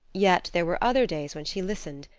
yet there were other days when she listened,